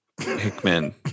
Hickman